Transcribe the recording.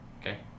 Okay